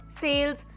sales